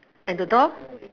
and the door